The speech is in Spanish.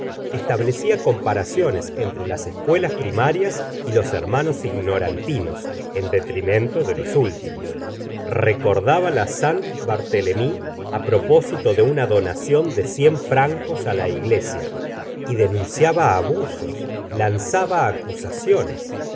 establecia comparaciones entre las escuelas primarias y los hermanos ignorantinos en detrimento de los últimos recordaba la saint barthelemy á propósito de una donación de cien francos á la iglesia y denunciaba abusos lanzaba acusuciones